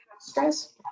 stress